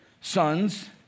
sons